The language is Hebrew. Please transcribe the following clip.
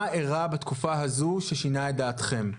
מה ארע בתקופה הזו ששינה את דעתכם?